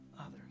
others